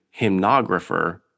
hymnographer